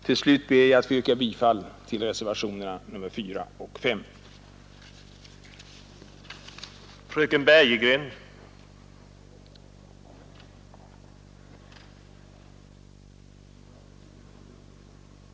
Till slut ber jag att få yrka bifall till reservationerna 4 och 5 av fru Kristensson och mig.